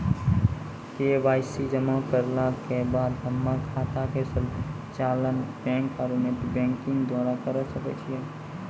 KYC जमा करला के बाद हम्मय खाता के संचालन बैक आरू नेटबैंकिंग द्वारा करे सकय छियै?